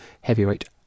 heavyweight